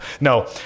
No